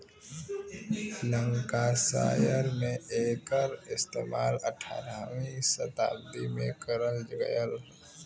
Lancashire में एकर इस्तेमाल अठारहवीं सताब्दी में करल गयल रहल